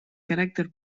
caràcter